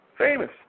Famous